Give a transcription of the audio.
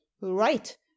Right